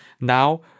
Now